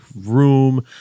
room